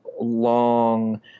long